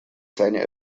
seine